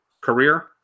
Career